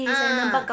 ah